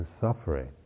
suffering